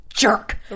Jerk